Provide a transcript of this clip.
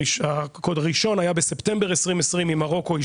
הראשון היה בספטמבר 2020 עם מרוקו,